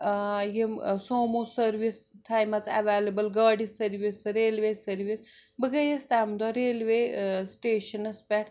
یِم Sumo service تھَومٕژ available گاڑِ سٔروِس ریلوے سٔروِس بہٕ گَٔییَس تَمہِ دوہ ریلوَے سِٹیشنَس پٮ۪ٹھ